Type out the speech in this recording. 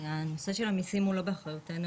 הנושא של המיסים הוא לא באחריותנו.